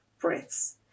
breaths